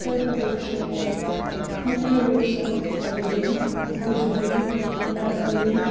उत्तर प्रदेश में मुख्य रूप सां अवधी गुजरी मैथली